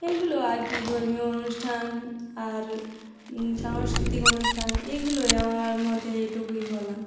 এগুলো আর কি ধর্মীয় অনুষ্ঠান আর সাংস্কৃতিক অনুষ্ঠান এগুলোই আমার আর মতে এটুকুই বলা